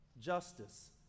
Justice